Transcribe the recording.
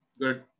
Good